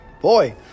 boy